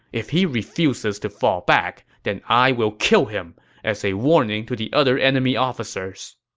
if he refuses to fall back, then i will kill him as a warning to the other enemy officers.